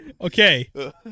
Okay